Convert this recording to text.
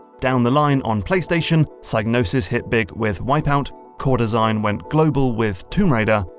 down the line, on playstation, psygnosis hit big with wipeout, core design went global with tomb raider,